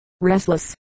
restless